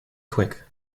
quick